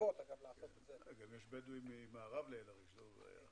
גם יש בדואים ממערב לאל עריש.